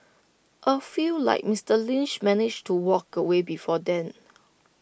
A few like Mister Lynch manage to walk away before then